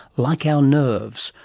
like our nerves,